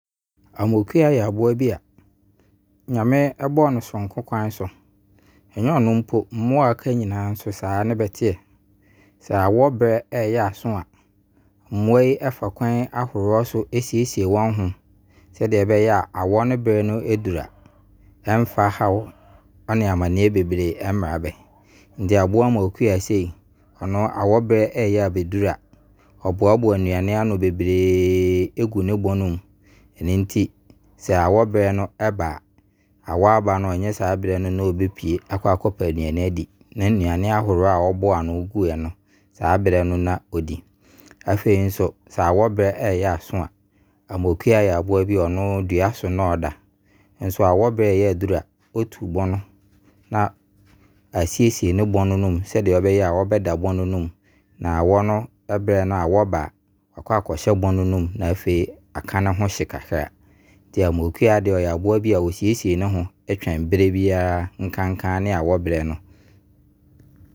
Amokua yɛ aboa bi a, Nyame bɔɔ no sononko kwan so. Ɛnyɛ ɔno mpo, mmoa a bɛaka nyinaa saa ne beteɛ. Sɛ awɔ berɛ ɛyɛ aso a, mmoa fa kwan ahoroɔ so siesie wɔn ho. Sɛ dɛe ɛbɛyɛ a awɔ berɛ no duru a ɛmfa haw ɔne amanneɛ bebree ɛmmerɛ bɛ. Nti aboa Amokua sie, ɔno awɔ ber3 ɛyɛ abɛduru a, ɔboaboa nnuane ano bebree gu ne bɔn no mu. Nti sɛ awɔ berɛ no ba a, awɔ a aba no ɛnyɛ saa berɛ no na ɔbɛpue akɔ pɛ aduane adi Ne nnuane ahoroɔ ɔboa ano gu ho no, saa berɛ no na ɔdi. Afei nso, sɛ awɔ berɛ no ɛyɛ aso a, Amokua yɛ aboa bi a ɔno dua so na ɔda. Nso sɛ awɔ berɛ ɛyɛ aduru a, ɔtu bɔn no. Na ɔsiesie ne bɔn no mu sɛ deɛ ɛbɛyɛ a ɛbɛda bɔn no mu. Na awɔ berɛ no, sɛ awɔ no ba a, akɔ akɔhyɛ bɔn no mu na afei aka ne ho hye kakra. Nti Amokua ddɛ, ɔyɛ aboa bi a ɔsiesie ne ho berɛ biara. Nkenkaa ne awɔ berɛ no.